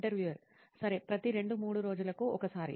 interviewer సరే ప్రతి రెండు మూడు రోజులకు ఒకసారి